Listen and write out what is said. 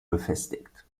befestigt